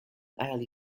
early